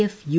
F U